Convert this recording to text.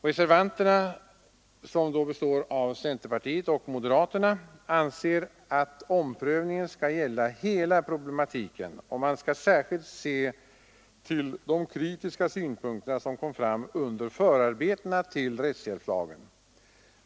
Reservanterna — centerpartister och moderater — anser att omprövningen skall gälla hela problematiken och att man särskilt skall se till de kritiska synpunkter som kom fram under förarbetena till rättshjälpslagen.